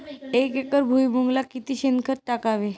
एक एकर भुईमुगाला किती शेणखत टाकावे?